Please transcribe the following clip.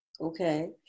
Okay